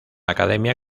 academia